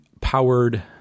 powered